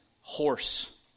horse